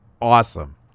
Awesome